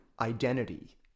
identity